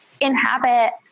inhabit